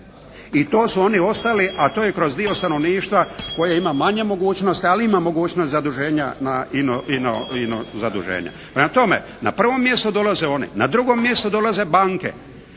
i to su oni ostali, a to je kroz dio stanovništva koje ima manje mogućnosti, ali ima mogućnost zaduženja na ino zaduženja. Prema tome, na prvo mjesto dolaze one, na drugo mjesto dolaze banke.